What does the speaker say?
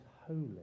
holy